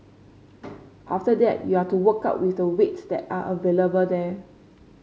after that you're to work out with the weights that are available there